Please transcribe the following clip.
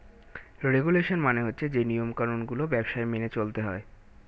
regulation মানে হচ্ছে যে নিয়ম কানুন গুলো ব্যবসায় মেনে চলতে হয়